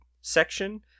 section